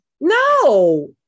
no